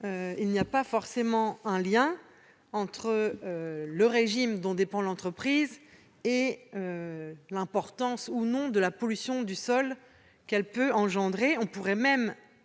il n'y a pas forcément de lien entre le régime dont dépend l'entreprise et l'importance ou non de la pollution du sol qu'elle peut engendrer.